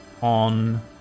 on